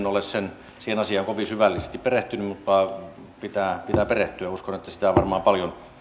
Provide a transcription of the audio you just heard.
ole siihen asiaan kovin syvällisesti perehtynyt mutta pitää perehtyä uskon että sitä on varmaan paljon